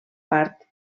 part